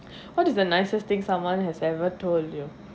what is the nicest thing someone has ever told you